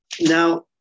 Now